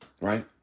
right